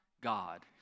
God